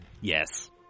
Yes